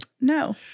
No